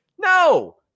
No